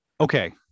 okay